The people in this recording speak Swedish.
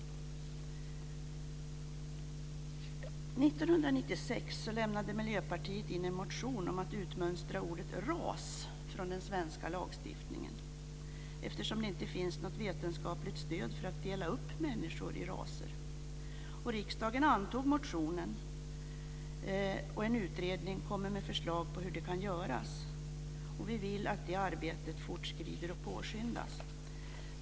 1996 lämnade Miljöpartiet in en motion om att utmönstra ordet ras från den svenska lagstiftningen eftersom det inte finns något vetenskapligt stöd för att dela upp människor i raser. Riksdagen antog motionen, och en utredning kommer med förslag på hur detta kan göras. Vi vill att det arbetet fortskrider och påskyndas.